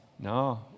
No